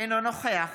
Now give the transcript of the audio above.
אינו נוכח